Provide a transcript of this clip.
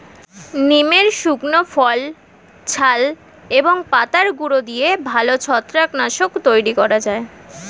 নিমের শুকনো ফল, ছাল এবং পাতার গুঁড়ো দিয়ে ভালো ছত্রাক নাশক তৈরি করা যায়